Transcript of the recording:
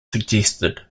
suggested